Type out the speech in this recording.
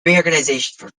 reorganization